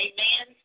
Amen